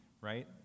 right